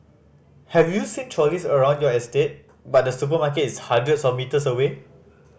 have you seen trolleys around your estate but the supermarket is hundreds of metres away